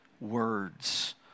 words